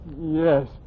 Yes